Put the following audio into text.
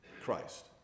Christ